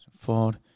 Ford